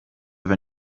have